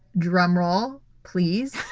drum roll please.